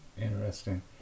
interesting